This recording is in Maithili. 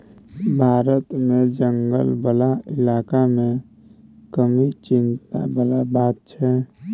भारत मे जंगल बला इलाका मे कमी चिंता बला बात छै